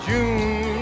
June